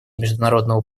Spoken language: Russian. международного